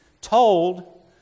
told